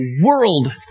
world